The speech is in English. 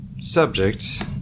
Subject